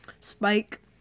Spike